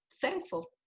thankful